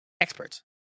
experts